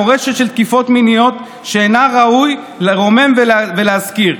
מורשת של תקיפות מיניות שלא ראוי לרומם ולהזכיר,